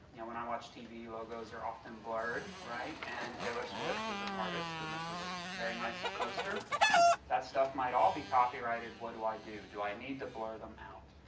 you know when i watch tv logos are often blurred, right and taylor swift is an artist and this is a very nice poster that stuff might all be copyrighted so what do i do? do i need to blur them out?